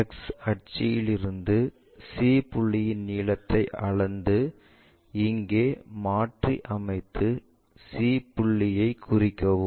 X அட்சியில் இருந்து e புள்ளியின் நீளத்தை அளந்து இங்கே மாற்றி அமைத்து e புள்ளியை குறிக்கவும்